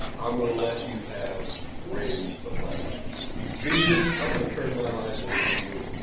i'm gonna, let you have reams of my life jesus i'm gonna turn, my life over you,